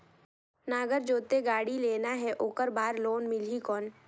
नागर जोते गाड़ी लेना हे ओकर बार लोन मिलही कौन?